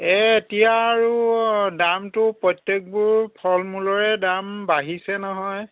এ এতিয়া আৰু দামটো প্ৰত্যেকবোৰ ফল মূলৰে দাম বাঢ়িছে নহয়